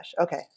Okay